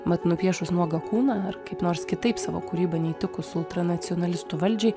mat nupiešus nuogą kūną ar kaip nors kitaip savo kūryba neįtikus ultranacionalistų valdžiai